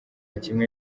kimwe